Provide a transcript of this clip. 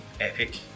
epic